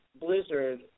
blizzard